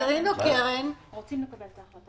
תהליכים אוטומטיים במה שנוגע לחיילים,